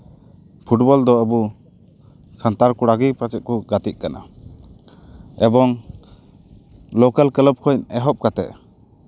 football ᱫᱚ ᱟᱵᱚ ᱥᱟᱱᱛᱟᱲ ᱠᱚᱲᱟᱜᱮ ᱯᱟᱪᱮᱫ ᱠᱚ ᱜᱟᱛᱮᱜ ᱠᱟᱱᱟ ᱮᱵᱚᱝ ᱞᱳᱠᱟᱞ ᱠᱞᱟᱵ ᱠᱷᱚᱱ ᱮᱦᱚᱵ ᱠᱟᱛᱮᱫ